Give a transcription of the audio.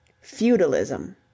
Feudalism